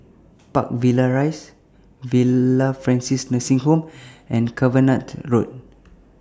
Park Villas Rise Villa Francis Nursing Home and Cavenagh Road